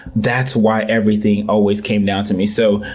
that's why everything always came down to me. so,